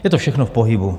Je to všechno v pohybu.